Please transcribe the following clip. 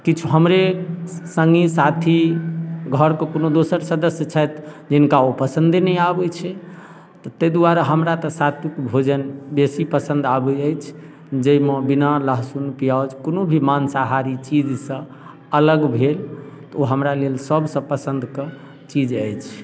किछु हमरे सङ्गी साथी घरके कोनो दोसर सदस्य छथि जिनका ओ पसंदे नहि आबैत छै तऽ ताहि दुआरे हमरा तऽ सात्विक भोजन बेसी पसंद आबैत अछि जाहिमे बिना लहसुन प्याज कोनो भी मांसाहारी चीजसँ अलग भेल तऽ ओ हमरा लेल सभसँ पसंदके चीज अछि